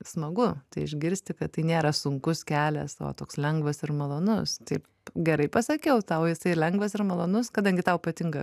smagu tai išgirsti kad tai nėra sunkus kelias o toks lengvas ir malonus taip gerai pasakiau tau jisai lengvas ir malonus kadangi tau patinka